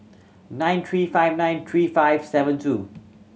nine three five nine three five seven two